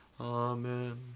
Amen